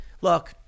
look